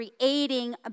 creating